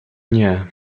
nie